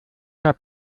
habe